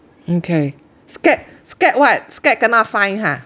mm K scared scared what scared kena fine ha